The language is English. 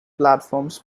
platforms